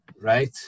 Right